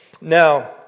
Now